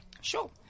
Sure